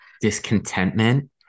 discontentment